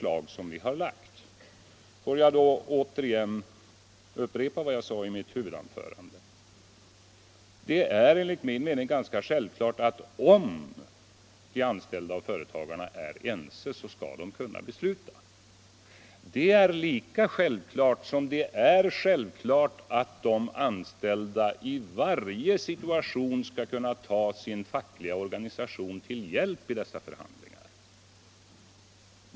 Låt mig då upprepa vad jag sade i mitt huvudanförande, nämligen att det enligt min mening är självklart att de anställda och företagarna skall kunna fatta beslut, om de är ense. Det är lika självklart som att de anställda i varje situation skall kunna ta sin fackliga organisation till hjälp i de förhandlingar det gäller.